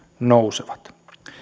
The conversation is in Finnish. nousevat